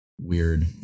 weird